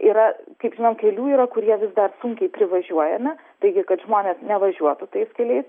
yra kaip žinom kelių yra kurie vis dar sunkiai privažiuojami taigi kad žmonės nevažiuotų tais keliais